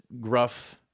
gruff